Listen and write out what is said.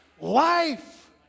life